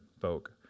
folk